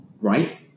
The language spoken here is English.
right